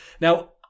Now